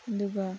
ꯑꯗꯨꯒ